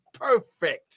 perfect